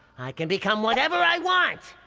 i can become whatever i want!